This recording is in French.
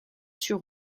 sur